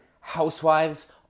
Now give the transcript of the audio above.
housewives